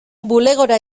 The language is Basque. bulegora